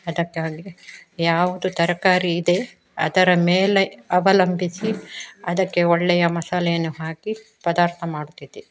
ಅದಕ್ಕಾಗಿ ಯಾವುದು ತರಕಾರಿ ಇದೆ ಅದರ ಮೇಲೆ ಅವಲಂಬಿಸಿ ಅದಕ್ಕೆ ಒಳ್ಳೆಯ ಮಸಾಲೆಯನ್ನು ಹಾಕಿ ಪದಾರ್ಥ ಮಾಡುತ್ತಿದ್ದೆ